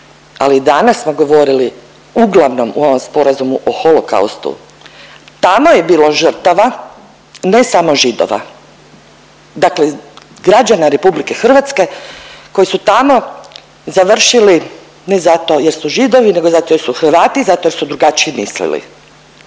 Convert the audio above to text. ali danas smo govorili uglavnom o ovom sporazumu o Holokaustu, tamo je bilo žrtava ne samo Židova, dakle građana RH koji su tamo završili ne zato jer su Židovi, nego zato jer su Hrvati, zato jer su drugačije mislili.